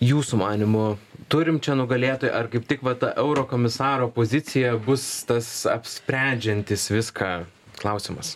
jūsų manymu turim čia nugalėtoją ar kaip tik vat eurokomisaro pozicija bus tas apsprendžiantis viską klausimas